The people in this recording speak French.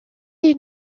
les